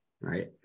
right